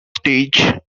stage